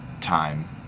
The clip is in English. time